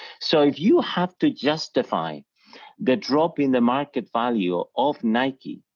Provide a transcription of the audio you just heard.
so if you have to justify the drop in the market value of nike,